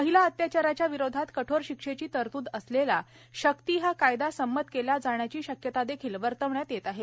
महिला अत्याचाराच्या विरोधात कठोर शिक्षेची तरतूद असलेला शक्ती हा कायदा संमत केला जाण्याची शक्यता देखील वर्तवण्यात येत आहे